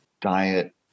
diet